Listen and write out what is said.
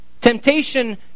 temptation